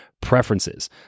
preferences